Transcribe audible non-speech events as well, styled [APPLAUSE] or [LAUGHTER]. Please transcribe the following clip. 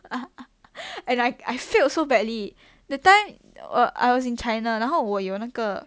[LAUGHS] and I I failed so badly that time uh I was in china 然后我有那个